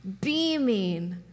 beaming